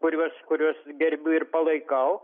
kuriuos kuriuos gerbiu ir palaikau